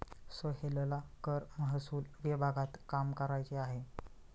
सोहेलला कर महसूल विभागात काम करायचे आहे